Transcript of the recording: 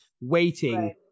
waiting